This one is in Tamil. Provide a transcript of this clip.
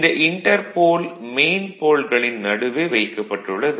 இந்த இன்டர்போல் மெயின் போல்களின் நடுவே வைக்கப்பட்டுள்ளது